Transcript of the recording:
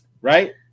right